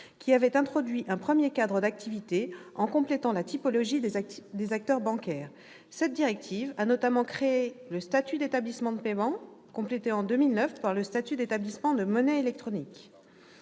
qui avait introduit un premier cadre d'activité en complétant la typologie des acteurs bancaires. Cette directive a notamment créé le statut d'établissements de paiement, complété en 2009 par le statut d'établissements de monnaie électronique.